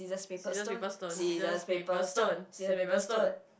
scissors paper stone scissors paper stone scissors paper stone